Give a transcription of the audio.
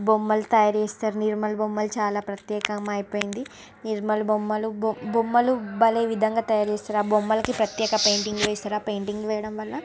బొమ్మలు తయారు చేస్తారు నిర్మల్ బొమ్మలు చాలా ప్రత్యేకం అయిపోయింది నిర్మల్ బొమ్మలు బొమ్మలు భలే విధంగా తయారు చేస్తారు ఆ బొమ్మలకు ప్రత్యేక పెయింటింగ్ వేస్తారు పెయింటింగ్ వేయడం వల్ల